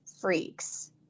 freaks